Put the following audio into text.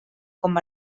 com